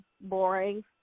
boring